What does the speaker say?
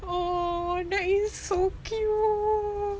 oh that is so cute